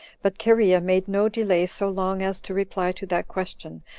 but cherea made no delay so long as to reply to that question,